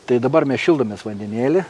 tai dabar mes šildomės vandenėlį